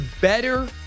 better